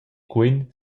quen